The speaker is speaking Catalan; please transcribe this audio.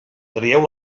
traieu